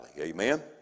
Amen